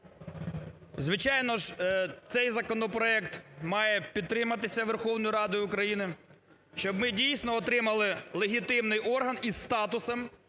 звичайно ж цей законопроект має підтриматися Верховною Радою України, щоб ми дійсно отримали легітимний орган із статусом,